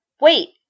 Wait